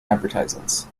advertisements